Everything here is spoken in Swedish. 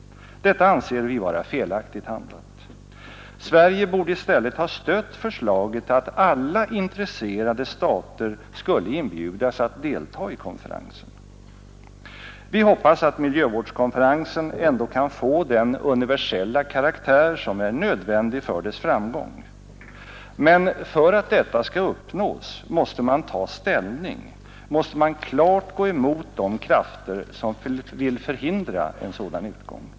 Detta anser vi vara felaktigt handlat. Sverige borde i stället ha stött förslaget att alla intresserade stater skulle inbjudas att deltaga i konferensen. Vi hoppas att miljövårdskonferensen ändå kan få den universella karaktär som är nödvändig för dess framgång, men för att detta skall uppnås måste man ta ställning och man måste klart gå emot krafter som vill förhindra en sådan utgång.